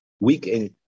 weekend